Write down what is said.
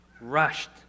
Rushed